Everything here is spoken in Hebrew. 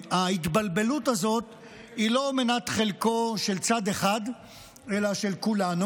ההתבלבלות הזאת היא לא מנת חלקו של צד אחד אלא של כולנו.